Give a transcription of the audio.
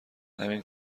همین